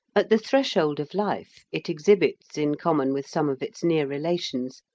at the threshold of life, it exhibits, in common with some of its near relations,